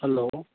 hello